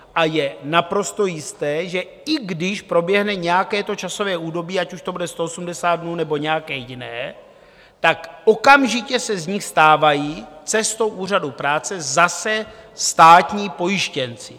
A je naprosto jisté, že i když proběhne nějaké to časové údobí, ať už to bude 180 dnů, nebo nějaké jiné, tak okamžitě se z nich stávají cestou úřadů práce zase státní pojištěnci.